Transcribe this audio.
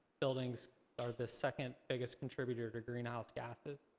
buildings are the second biggest contributor to greenhouse gases.